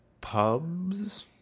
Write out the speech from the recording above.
Pubs